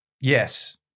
Yes